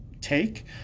take